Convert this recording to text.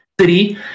city